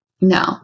no